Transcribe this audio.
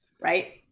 Right